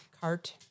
cart